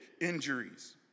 injuries